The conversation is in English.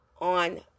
on